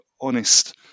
honest